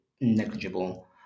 negligible